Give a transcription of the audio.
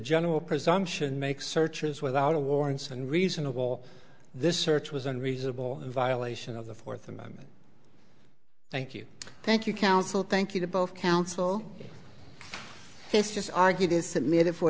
general presumption makes searches without a warrant and reasonable this search was unreasonable in violation of the fourth amendment thank you thank you counsel thank you to both counsel has just argued is submitted for